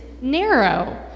narrow